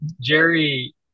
Jerry